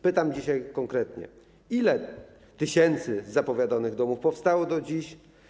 Pytam konkretnie: Ile tysięcy zapowiadanych domów powstało do dziś?